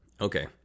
Okay